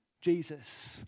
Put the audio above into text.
Jesus